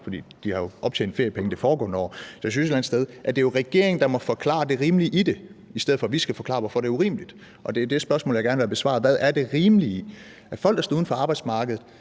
for de har jo optjent feriepenge det foregående år. Så jeg synes jo et eller andet sted, at det er regeringen, der må forklare det rimelige i det, i stedet for at vi skal forklare, hvorfor det er urimeligt. Det er det spørgsmål, jeg gerne vil have besvaret, nemlig: Hvad er det rimelige i, at folk, der står uden for arbejdsmarkedet,